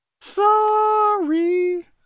Sorry